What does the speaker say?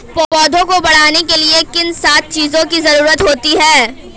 पौधों को बढ़ने के लिए किन सात चीजों की जरूरत होती है?